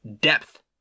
Depth